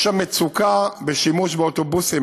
יש שם מצוקה בשימוש באוטובוסים.